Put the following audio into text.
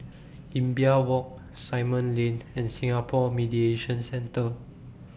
Imbiah Walk Simon Lane and Singapore Mediation Centre